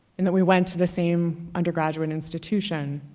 and that we went to the same undergraduate institution.